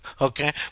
okay